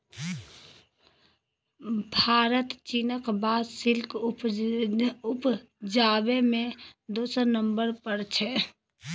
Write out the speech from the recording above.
भारत चीनक बाद सिल्क उपजाबै मे दोसर नंबर पर छै